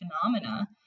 phenomena